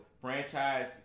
franchise